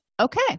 Okay